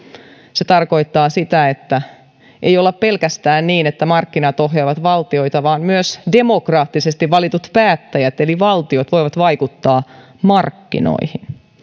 se tarkoittaa sitä että ei ole pelkästään niin että markkinat ohjaavat valtioita vaan myös demokraattisesti valitut päättäjät eli valtiot voivat vaikuttaa markkinoihin